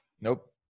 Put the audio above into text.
Nope